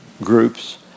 groups